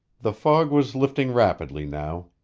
the fog was lifting rapidly now.